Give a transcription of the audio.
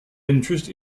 interest